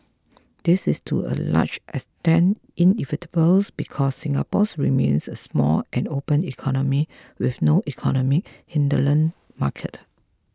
this is to a large extent inevitable because Singapore's remains a small and open economy with no economic hinterland market